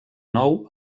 nou